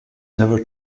never